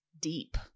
Deep